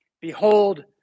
Behold